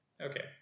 Okay